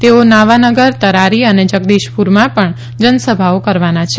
તેઓ નાવાનગર તરારી અને જગદીશપુરમાં પણ જનસભાઓ કરવાના છે